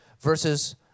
versus